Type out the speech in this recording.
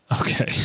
Okay